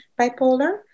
bipolar